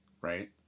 right